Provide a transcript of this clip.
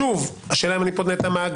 שוב, השאלה אם אני בונה את המאגר.